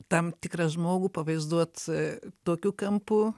tam tikras žmogų pavaizduot tokiu kampu